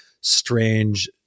strange